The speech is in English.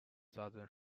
southern